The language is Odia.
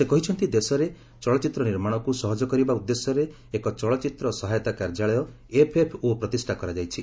ସେ କହିଛନ୍ତି ଦେଶରେ ଚଳଚ୍ଚିତ୍ର ନିର୍ମାଶକୁ ସହଜ କରିବା ଉଦ୍ଦେଶ୍ୟରେ ଏକ ଚଳଚ୍ଚିତ୍ର ସହାୟତା କାର୍ଯ୍ୟାଳୟ ଏଫ୍ଏଫ୍ଓ ପ୍ରତିଷ୍ଠା କରାଯାଇଛି